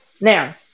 Now